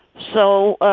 so